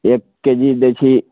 एक K G दै छी